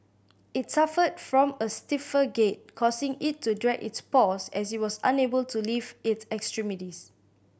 it suffered from a stiffer gait causing it to drag its paws as it was unable to lift its extremities